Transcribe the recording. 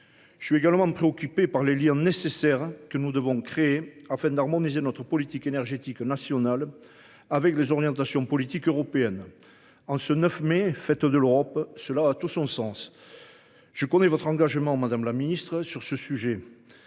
Je suis également préoccupé par les lire nécessaire que nous devons créer afin d'harmoniser notre politique énergétique nationale. Avec les orientations politiques européennes. En ce 9 mai de l'Europe, cela a tout son sens. Je connais votre engagement Madame la Ministre sur ce sujet.